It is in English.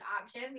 option